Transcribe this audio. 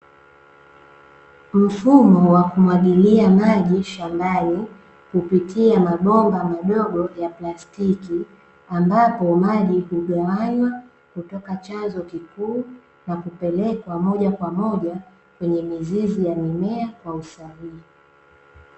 Mfumo wa kumwagilia maji shambani kupitia mabomba madogo ya plastiki, ambapo maji hugawanywa kutoka chanzo kikuu na kupelekwa moja kwa moja kwenye mizizi ya mimea kwa usahihi .